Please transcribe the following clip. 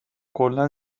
کلا